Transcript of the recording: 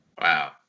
Wow